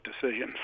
decisions